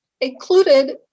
included